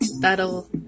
that'll